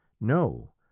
no